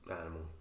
animal